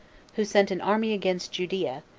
who sent an army against judea,